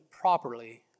properly